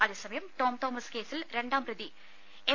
അതേസമയം ടോം തോമസ് കേസിൽ രണ്ടാം പ്രതി എം